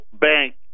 bank